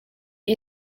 you